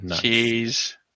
Cheese